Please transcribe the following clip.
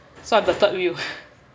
so I'm the third wheel